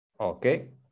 Okay